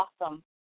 awesome